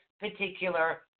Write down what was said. particular